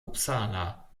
uppsala